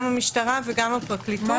גם המשטרה וגם הפרקליטות.